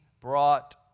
brought